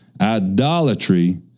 idolatry